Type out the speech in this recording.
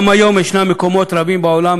גם היום יש מקומות רבים בעולם,